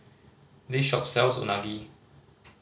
this shop sells Unagi